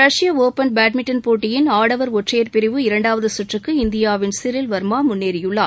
ரஷ்ய open badminton போட்டியின் ஆடவர் ஒற்றையர் பிரிவு இரண்டாவது சுற்றுக்கு இந்தியாவின் சிரில் வர்மா முன்னேறியுள்ளார்